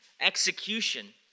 execution